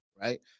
Right